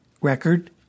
record